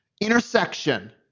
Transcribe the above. Intersection